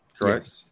correct